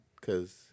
cause